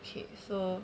okay so